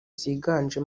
ziganje